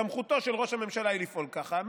סמכותו של ראש הממשלה היא לפעול ככה.